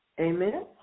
Amen